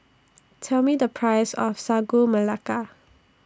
Tell Me The Price of Sagu Melaka